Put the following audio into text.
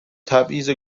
تبعیض